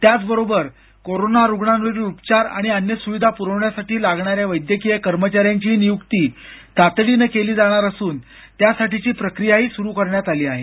त्याचबरोबर कोरोना रुग्णांवरील उपचार आणि अन्य स्विधा प्रवण्यासाठी लागणाऱ्या वैद्यकीय कर्मचाऱ्यांचीही निय्क्ती तातडीनं केली जाणार असून त्यासाठीची प्रक्रियाही सुरु करण्यात आली आहे